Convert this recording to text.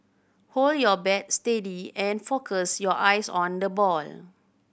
hold your bat steady and focus your eyes on the ball